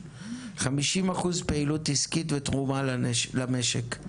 50% פעילות עסקית ותרומה למשק.